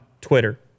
Twitter